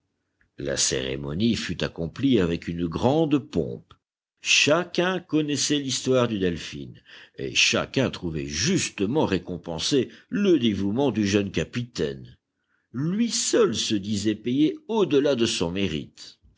la cérémonie fut accomplie avec une grande pompe chacun connaissait l'histoire du delphin et chacun trouvait justement récompensé le dévouement du jeune capitaine lui seul se disait payé au-delà de son mérite